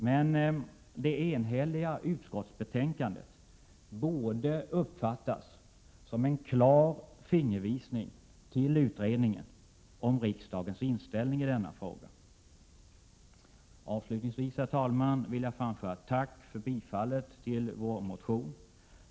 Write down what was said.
Men det enhälliga utskottsbetänkandet borde uppfattas som en klar fingervisning till utredningen om riksdagens inställning i denna fråga. Avslutningsvis vill jag, herr talman, framföra ett tack för att utskottet tillstyrkt vår motion.